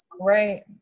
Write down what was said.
Right